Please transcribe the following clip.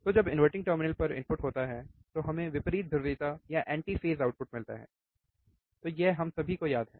तो जब inverting terminal पर इनपुट होता है तो हमें विपरीत ध्रुवीयता या एंटीफेज़ आउटपुट मिलता है तो यह हम सभी को याद है